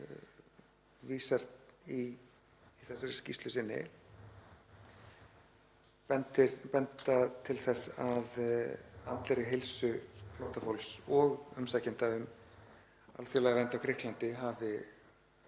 vísar í í þessari skýrslu sinni benda til þess að andlegri heilsu flóttafólks og umsækjenda um alþjóðlega vernd í Grikklandi hafi